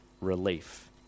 relief